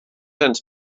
ens